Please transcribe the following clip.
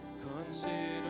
consider